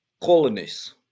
Colonies